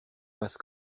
passe